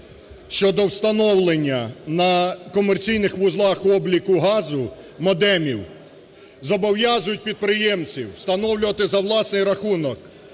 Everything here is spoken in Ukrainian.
щодо встановлення на комерційних вузлах обліку газу модемів. Зобов'язують підприємців встановлювати за власний рахунок,